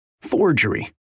forgery